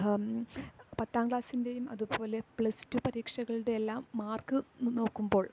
പത്താം ക്ലാസ്സിൻ്റെയും അതുപോലെ പ്ലസ് ടു പരീക്ഷകളുടെയുമെല്ലാം മാർക്ക് നോക്കുമ്പോൾ